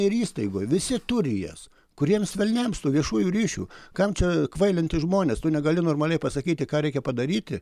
ir įstaigoj visi turi jas kuriems velniams tų viešųjų ryšių kam čia kvailinti žmones tu negali normaliai pasakyti ką reikia padaryti